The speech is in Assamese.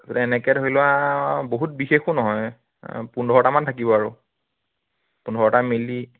তাৰপিছতে এনেকৈ ধৰি লোৱা বহুত বিশেষো নহয় পোন্ধৰটামান থাকিব আৰু পোন্ধৰটা মিলি